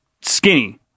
skinny